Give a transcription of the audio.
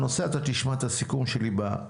מכיר את השורות, מכיר הכול.